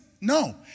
No